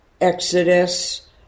Exodus